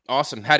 Awesome